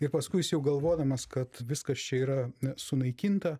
ir paskui jis jau galvodamas kad viskas čia yra sunaikinta